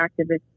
activist